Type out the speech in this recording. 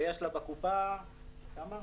ויש לה בקופה הרבה